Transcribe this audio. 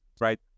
right